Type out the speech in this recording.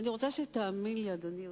אני רוצה שתאמין לי, אדוני היושב-ראש,